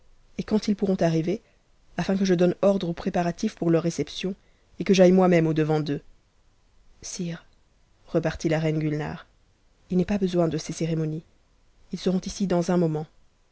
et quand ils pourront arriver afin que jcdouie ordre aux préparatifs pour leur réception et que j'aille moi-même n devant d'eux sire repartit la reine gutnare il n'est pas besoin de es cérémonies ils seront ici dans un moment